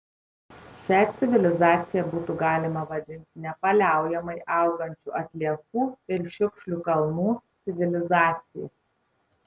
šią civilizaciją būtų galima vadinti nepaliaujamai augančių atliekų ir šiukšlių kalnų civilizacija